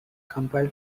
compile